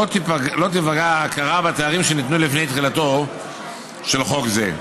לא תיפגע ההכרה בתארים שניתנו לפני תחילתו של חוק זה".